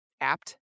apt